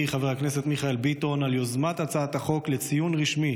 חבר הכנסת מיכאל ביטון על יוזמת הצעת החוק לציון רשמי